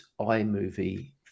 iMovie